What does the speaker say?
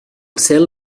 cel